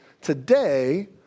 today